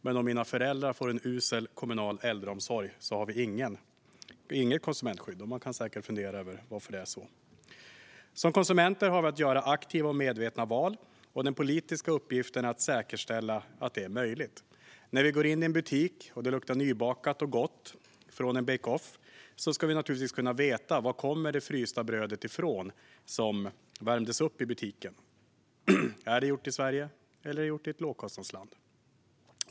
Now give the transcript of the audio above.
Men om mina föräldrar får en usel kommunal äldreomsorg finns det inget konsumentskydd, och man kan fundera på varför det är så. Som konsumenter har vi att göra aktiva och medvetna val, och den politiska uppgiften är att säkerställa att det är möjligt. När vi går in i en butik och det luktar gott från nybakat bake-off-bröd ska vi naturligtvis kunna få veta varifrån det frysta brödet som värms upp i butiken kommer. Är det gjort i Sverige eller i ett lågkostnadsland?